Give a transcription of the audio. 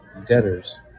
debtors